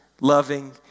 loving